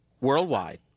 worldwide